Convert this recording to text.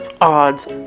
odds